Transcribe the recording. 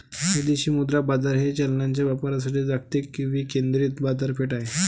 विदेशी मुद्रा बाजार हे चलनांच्या व्यापारासाठी जागतिक विकेंद्रित बाजारपेठ आहे